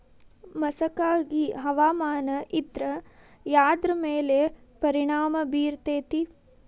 ಮಸಕಾಗಿ ಹವಾಮಾನ ಇದ್ರ ಎದ್ರ ಮೇಲೆ ಪರಿಣಾಮ ಬಿರತೇತಿ?